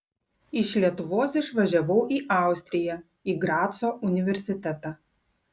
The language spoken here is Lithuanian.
iš lietuvos išvažiavau į austriją į graco universitetą